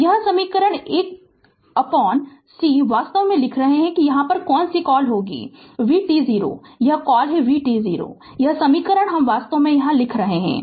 तो यह समीकरण 1c वास्तव में लिख रहा है कि कौन सी कॉल है जो कि vt0 है यहाँ क्या कॉल vt0 यह समीकरण वास्तव में लिख रहा है